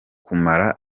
kumara